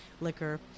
liquor